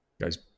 Guys